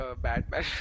Batman